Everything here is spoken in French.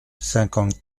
cinquante